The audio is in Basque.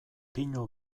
pinu